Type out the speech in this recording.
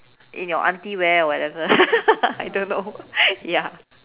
in your auntie wear or whatever I don't know ya